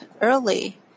early